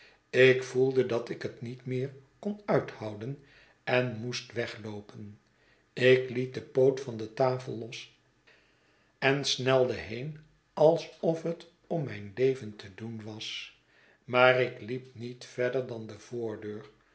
ik voelde dat ik het niet meer kon uithouden en moest wegloopen ik liet den poot van de tafel los en snelde heen alsof het om mijn leven te doen was maar ik liep niet verder dan de voordeur